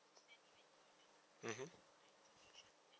mmhmm